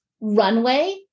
runway